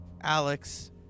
Alex